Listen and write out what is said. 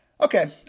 Okay